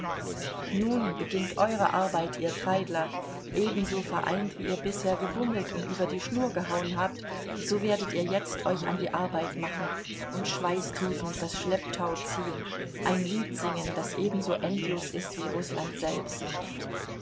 nun beginnt eure arbeit ihr treidler ebenso vereint wie ihr bisher gebummelt und über die schnur gehauen habt so werdet ihr jetzt euch an die arbeit machen und schweißtriefend das schlepptau ziehen ein lied singend das ebenso endlos ist wie rußland selbst